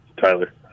Tyler